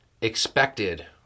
expected